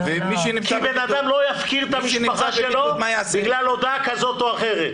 כי בן אדם לא יפקיר את המשפחה שלו בגלל הודעה כזאת או אחרת.